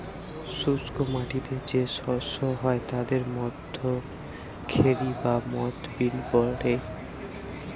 শুষ্ক মাটিতে যেই শস্য হয় তাদের মধ্যে খেরি বা মথ বিন পড়ে